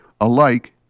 alike